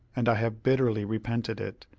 and i have bitterly repented it,